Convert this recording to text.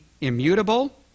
immutable